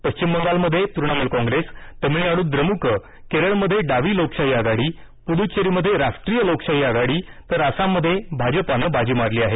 पश्चिम बंगालमधे तृणमूल काँग्रेसतामिळनाडूत द्रमुक केरळमधे डावी लोकशाही आघाडी पुदुच्चेरीमधे राष्ट्रीय लोकशाही आघाडी तर आसाममधे भाजपानं बाजी मारली आहे